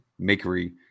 Makery